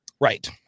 Right